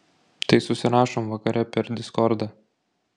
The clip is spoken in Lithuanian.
tai susirašom vakare per diskordą